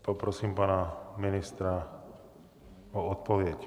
Poprosím pana ministra o odpověď.